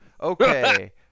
Okay